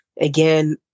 again